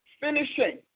finishing